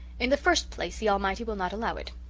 in the first place, the almighty will not allow it,